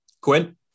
Quinn